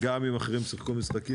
גם אם אחרים שיחקו משחקים,